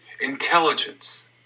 Intelligence